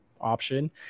option